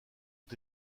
ont